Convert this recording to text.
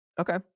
Okay